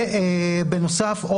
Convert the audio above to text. ובנוסף,